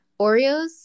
Oreos